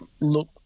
Look